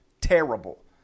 Terrible